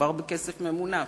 מדובר בכסף ממונף.